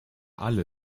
alle